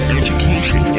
education